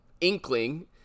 inkling